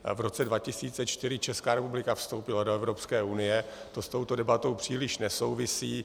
V roce 2004 Česká republika vstoupila do Evropské unie, to s touto debatou příliš nesouvisí.